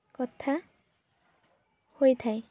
କଥା ହୋଇଥାଏ